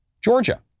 Georgia